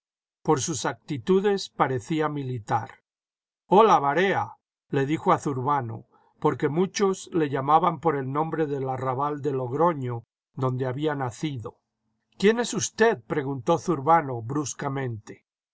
por sus actitudes parecía militar hola varea le dijo a zurbano porque muchos le llamaban por el nombre del arrabal de logroño donde había nacido jquién es usted preguntó zurbano